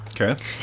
okay